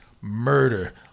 murder